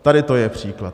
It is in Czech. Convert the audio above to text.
Tady to je příklad.